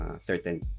certain